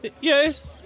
Yes